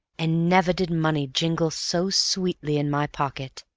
and never did money jingle so sweetly in my pocket.